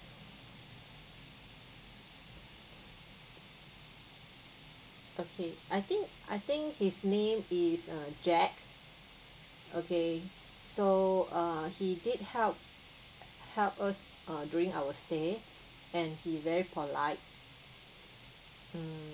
okay I think I think his name is uh jack okay so err he did help help us uh during our stay and he is very polite mm